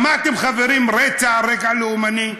שמעתם, חברים, רצח על רקע לאומני?